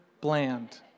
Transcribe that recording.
bland